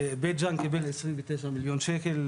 בית ג'אן קיבל עשרים ותשע מיליון שקל,